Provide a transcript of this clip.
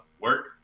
work